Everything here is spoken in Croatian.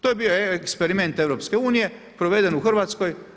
To je bio eksperiment EU proveden u Hrvatskoj.